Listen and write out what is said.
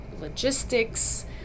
logistics